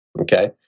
Okay